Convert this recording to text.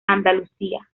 andalucía